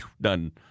Done